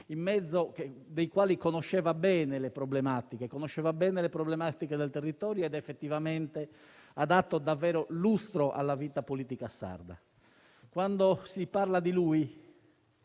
più umili, dei quali conosceva bene le problematiche, come conosceva bene le problematiche del territorio ed ha dato davvero lustro alla vita politica sarda. Quando si parla di lui,